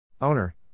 Owner